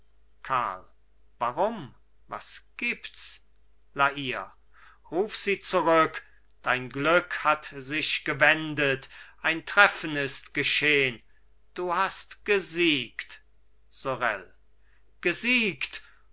warum was gibts la hire ruf sie zurück dein glück hat sich gewendet ein treffen ist geschehn du hast gesiegt sorel gesiegt